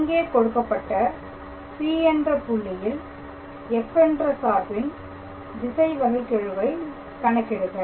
இங்கே கொடுக்கப்பட்ட P என்ற புள்ளியில் f என்ற சார்பின் திசை வகைகெழுவை கணக்கிடுக